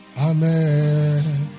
Amen